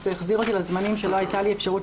זה החזיר אותי לזמנים שלא הייתה לי אפשרות